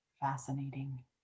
Fascinating